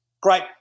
Great